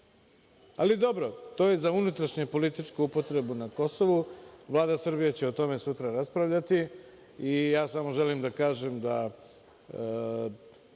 ali dobro, to je za unutrašnju i političku upotrebu na Kosovu. Vlada Srbije će o tome sutra raspravljati. Samo želim da kažem,